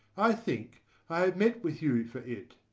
i think i have met with you for it.